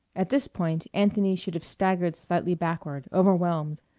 at this point anthony should have staggered slightly backward, overwhelmed.